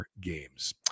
games